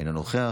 אינו נוכח.